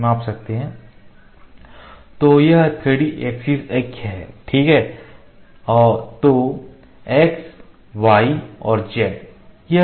तो यह 3 एक्सिस अक्ष है ठीक है तो x y और z